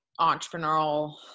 entrepreneurial